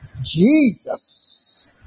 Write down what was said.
Jesus